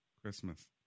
Christmas